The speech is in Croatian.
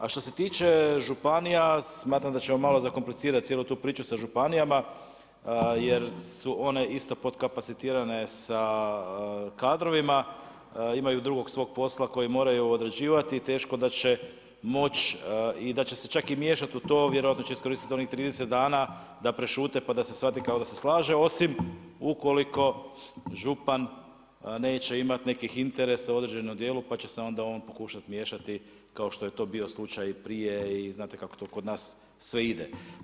A što se tiče županija, smatram da ćemo malo zakomplicirati cijelu tu priču sa županijama, jer su one isto podkapacitirane sa kadrovima, imaju drugog svog posla koji moraju odrađivati i teško da će moći i da će se čak miješati u to, vjerojatno će iskoristiti onih 30 dana da prešute, pa da se shvati kao da se slaže, osim ukoliko župan neće imati nekih interesa u određenom dijelu, pa će se onda on pokušati miješati, kao što je to bio slučaj prije i znate kako to kod nas sve ide.